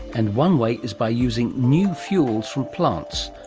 and one way is by using new fuels from plants.